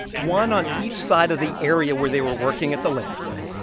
one on each side of the area where they were working at the landfill.